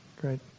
great